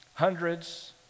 Hundreds